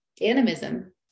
animism